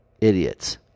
idiots